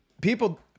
people